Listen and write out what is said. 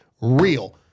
real